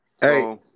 Hey